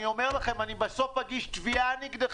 אני אומר לכם, אני בסוף אגיש תביעה נגדכם.